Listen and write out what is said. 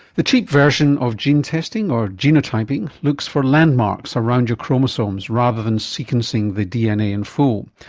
the cheap version of gene testing or genotyping looks for landmarks around your chromosomes rather than sequencing the dna in full,